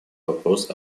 вопрос